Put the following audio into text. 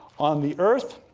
on the earth,